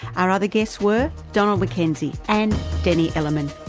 our other guests were donald mackenzie and denny ellerman. the